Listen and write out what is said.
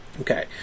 Okay